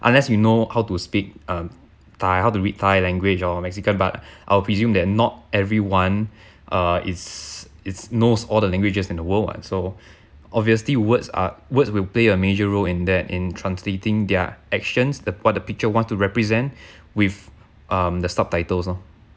unless we know how to speak um thai how to read thai language or mexican but I'll presume that not everyone uh is is knows all the languages in the world what so obviously words are words will play a major role in that in translating their actions the what the picture want to represent with um the subtitles loh